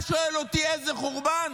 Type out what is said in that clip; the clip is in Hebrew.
אתה שואל אותי איזה חורבן?